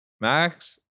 Max